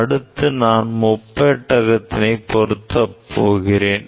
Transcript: அடுத்து நான் முப்பெட்டகத்தினை பொருத்தப் போகிறேன்